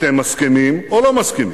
אתם מסכימים או לא מסכימים?